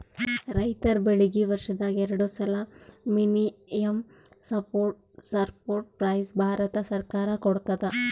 ರೈತರ್ ಬೆಳೀಗಿ ವರ್ಷದಾಗ್ ಎರಡು ಸಲಾ ಮಿನಿಮಂ ಸಪೋರ್ಟ್ ಪ್ರೈಸ್ ಭಾರತ ಸರ್ಕಾರ ಕೊಡ್ತದ